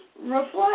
reflect